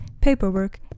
paperwork